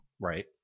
Right